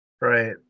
Right